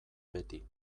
beti